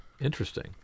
interesting